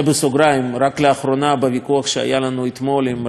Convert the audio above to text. רק לאחרונה בוויכוח שהיה לנו אתמול עם רכבת ישראל,